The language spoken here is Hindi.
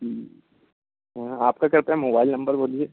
जी आपका क्या होता मोबाइल नंबर बोलिए